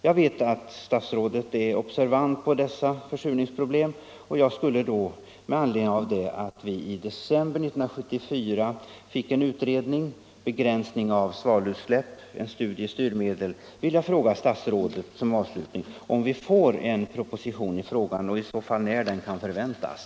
Jag vet att statsrådet är observant på dessa försurningsproblem, och med an ledning av att det i december 1974 kom ett utredningsbetänkande, Be om vi får en proposition i frågan och i så fall när den kan förväntas.